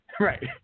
right